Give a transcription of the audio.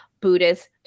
buddhist